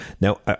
Now